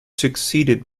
succeeded